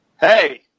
Hey